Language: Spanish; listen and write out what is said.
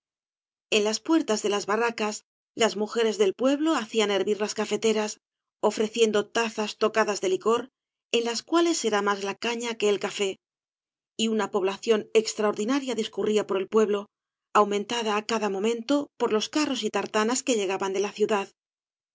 en las puertas de las barracas las mujeres del pueblo hacían hervir las cafeteras ofreciendo tazas tocadas de licor en las cuales era más la caña que el café y una población extraordinaria discurría por el pueblo aumentada á cada momento por los carros y tartanas que llegaban de la ciudad